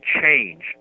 change